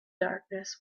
darkness